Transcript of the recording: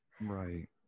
right